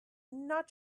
not